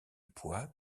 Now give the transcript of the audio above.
poids